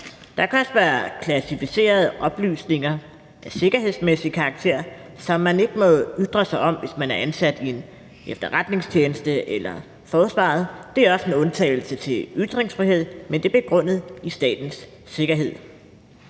Der kan også være klassificerede oplysninger af sikkerhedsmæssig karakter, som man ikke må ytre sig om, hvis man er ansat i en efterretningstjeneste eller forsvaret. Det er en undtagelse til ytringsfriheden, men det er begrundet i statens sikkerhed.